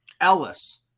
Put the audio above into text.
Ellis